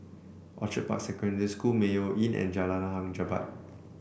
Orchid Park Secondary School Mayo Inn and Jalan Hang Jebat